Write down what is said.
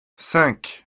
cinq